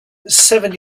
seven